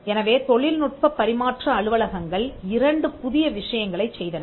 எனவே தொழில்நுட்பப் பரிமாற்ற அலுவலகங்கள் இரண்டு புதிய விஷயங்களைச் செய்தன